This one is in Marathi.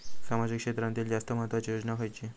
सामाजिक क्षेत्रांतील जास्त महत्त्वाची योजना खयची?